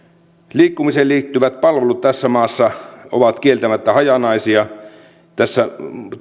liikkumiseen liittyvät palvelut tässä maassa ovat kieltämättä hajanaisia tässä